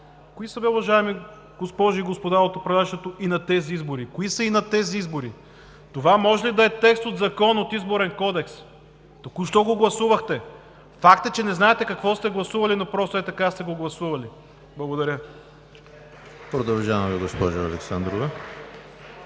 Кои са бе, уважаеми госпожи и господа от управляващите „и на тези избори“? Кои са „и на тези избори“? Това може ли да е текст от закон, от Изборен кодекс? Току-що го гласувахте! Факт е, че не знаете какво сте гласували, но просто, ей така, сте го гласували. Благодаря. (Ръкопляскания